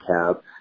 cab